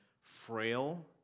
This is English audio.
frail